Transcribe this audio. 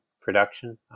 production